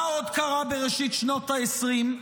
מה עוד קרה בראשית שנות העשרים?